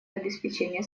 обеспечения